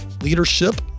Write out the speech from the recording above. leadership